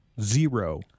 Zero